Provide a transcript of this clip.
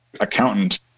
accountant